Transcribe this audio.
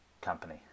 company